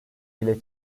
dile